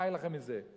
מה יהיה לכם מזה?